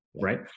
Right